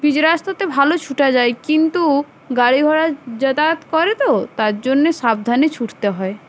pitch রাস্তাতে ভালো ছুটা যায় কিন্তু গাড়ি ঘোড়া যাতায়াত করে তো তার জন্যে সাবধানে ছুটতে হয়